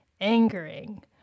angering